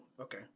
okay